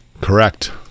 Correct